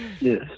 yes